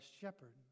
Shepherd